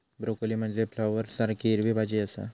broccoli म्हनजे फ्लॉवरसारखी हिरवी भाजी आसा